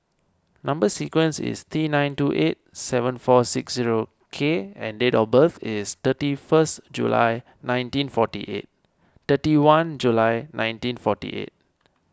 Number Sequence is T nine two eight seven four six zero K and date of birth is thirty first July nineteen forty eight thirty one July nineteen forty eight